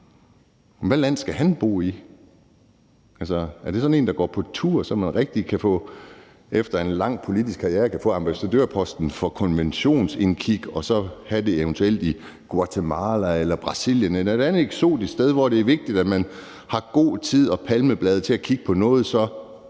Hvilket land skal han bo i? Altså, er det sådan noget, der går på tur, sådan at man efter en lang politisk karriere rigtig kan få ambassadørposten for konventionsindkig og så eventuelt have den i Guatemala eller Brasilien eller et andet eksotisk sted, hvor det er vigtigt, at man har god tid og palmeblade til at kigge på noget så